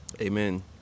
Amen